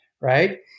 right